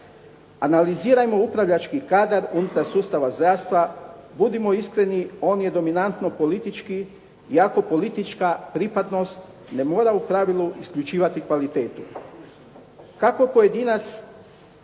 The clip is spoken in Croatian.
Analizirajmo upravljački kadar unutar sustava zdravstva. Budimo iskreni on je dominantno politička iako politička pripadnost ne mora u pravilu isključivati kvalitetu. Kako pojedinac